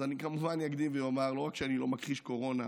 אז אני כמובן אקדים ואומר: לא רק שאני לא מכחיש קורונה,